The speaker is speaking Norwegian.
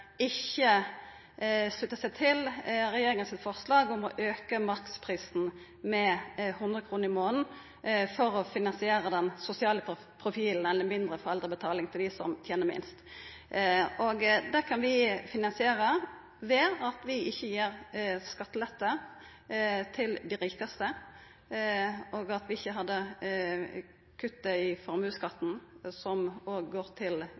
ikkje sluttar seg til forslaget frå regjeringa om å auka maksprisen med 100 kr i månaden for å finansiera den sosiale profilen eller mindre foreldrebetaling til dei som tener minst. Dette kan vi finansiera ved at vi ikkje gir skattelette til dei rikaste, og ved at vi ikkje har kutt i formuesskatten, som òg går til